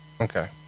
Okay